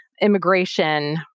immigration